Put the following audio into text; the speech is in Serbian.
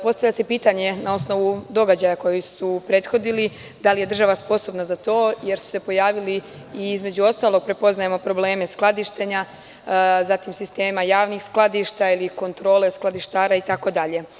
Postavlja se pitanje na osnovu događaja koji su prethodili, da li je država sposobna za to, jer su se pojavili i između ostalog, prepoznajemo probleme skladištenja, sistema javnih skladišta ili kontrole skladištara itd.